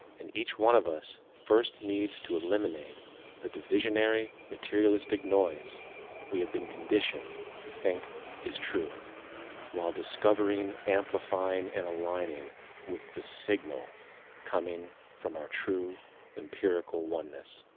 and each one of us first needs to eliminate the divisionary, materialistic noise we have been conditioned to think is true while discovering, amplifying and aligning with the signal coming from our true empirical oneness.